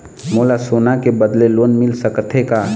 मोला सोना के बदले लोन मिल सकथे का?